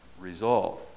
resolve